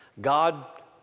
God